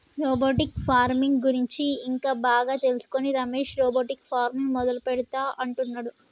robotic farming గురించి ఇంకా బాగా తెలుసుకొని రమేష్ రోబోటిక్ ఫార్మింగ్ మొదలు పెడుతా అంటున్నాడు